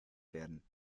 werden